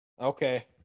Okay